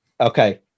okay